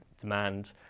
demand